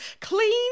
clean